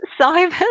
Simon